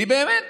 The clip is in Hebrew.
היא באמת